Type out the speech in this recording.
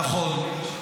נכון.